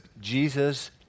Jesus